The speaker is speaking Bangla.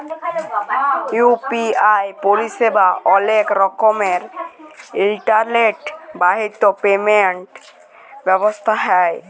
ইউ.পি.আই পরিসেবা অলেক রকমের ইলটারলেট বাহিত পেমেল্ট ব্যবস্থা হ্যয়